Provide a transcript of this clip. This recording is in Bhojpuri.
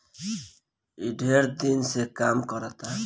ई ढेर दिन से काम करता